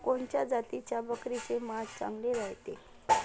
कोनच्या जातीच्या बकरीचे मांस चांगले रायते?